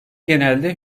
genelde